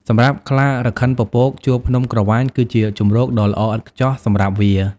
សម្រាប់ខ្លារខិនពពក ជួរភ្នំក្រវាញគឺជាជម្រកដ៏ល្អឥតខ្ចោះសម្រាប់វា។